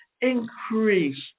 increase